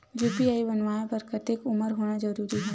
UPI बनवाय बर कतेक उमर होना जरूरी हवय?